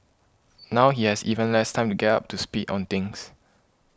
now he has even less time to get up to speed on things